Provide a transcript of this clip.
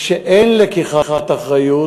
כשאין לקיחת אחריות,